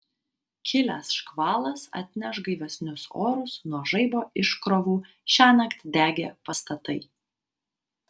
kilęs škvalas atneš gaivesnius orus nuo žaibo iškrovų šiąnakt degė pastatai